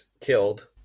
killed